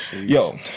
Yo